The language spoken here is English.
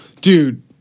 dude